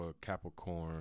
Capricorn